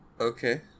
Okay